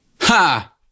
Ha